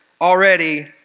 already